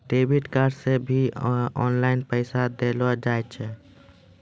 debit card से भी online पैसा देलो जाय छै